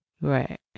Right